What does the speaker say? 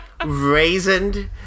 raisined